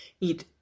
eat